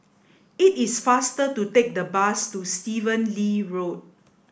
it is faster to take the bus to Stephen Lee Road